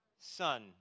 son